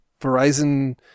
Verizon